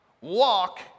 walk